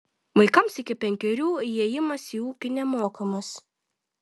vaikams iki penkerių įėjimas į ūkį nemokamas